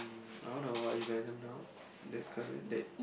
I wanna watch Venom now the current that